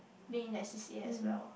being in that C_C_A as well